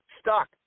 stuck